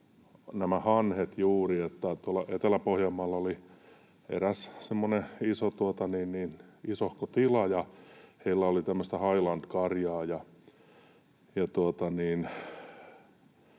nämä hanhet juuri. Tuolla Etelä-Pohjanmaalla oli eräs semmoinen isohko tila, ja heillä oli tämmöistä Highland-karjaa